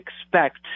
expect